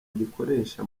gikoresha